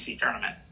tournament